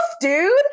dude